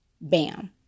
Bam